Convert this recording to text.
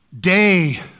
day